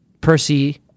Percy